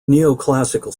neoclassical